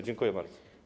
Dziękuję bardzo.